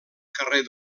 carrer